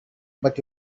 but